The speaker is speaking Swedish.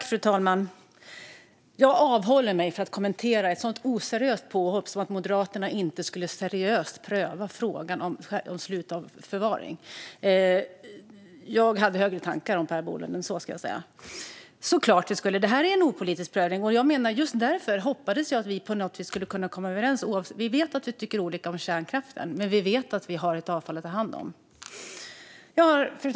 Fru talman! Jag avhåller mig från att kommentera ett så oseriöst påhopp som att Moderaterna inte skulle pröva frågan om slutförvaring seriöst. Jag hade högre tankar än så om Per Bolund, ska jag säga. Självklart skulle Moderaterna göra en opolitisk prövning, och just därför hoppades jag att vi på något vis skulle kunna komma överens. Vi vet att vi tycker olika om kärnkraften, men vi har ju ett avfall att ta hand om. Fru talman!